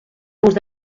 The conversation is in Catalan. gust